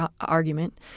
argument